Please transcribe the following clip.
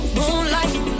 Moonlight